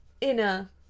inner